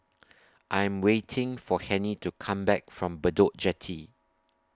I Am waiting For Hennie to Come Back from Bedok Jetty